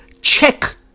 check